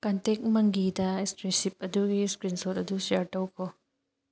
contact ꯃꯪꯒꯤꯗ receipt ꯑꯗꯨꯒꯤ screenshot ꯑꯗꯨ ꯁꯤꯌꯥꯔ ꯇꯧꯈꯣ